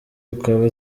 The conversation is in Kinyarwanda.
ukaba